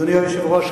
אדוני היושב-ראש,